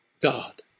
God